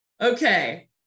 Okay